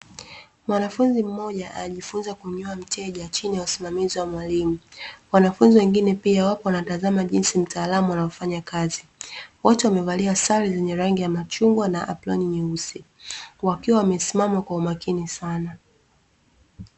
mwanafunzi mmoja anajifunza kumnyoa mteja chini ya usimamizi wa mwalimu, wanafunzi wengine pia wapo wanatazama jinsi mtaalamu anavyofanya kazi, wote wamevalia sare zenye rangi ya machungwa na aproni nyeusi wakiwa wamesimama kwa umakini sana.